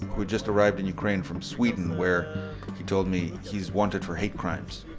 who just arrived in ukraine from sweden, where he told me he's wanted for hate crimes.